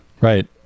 Right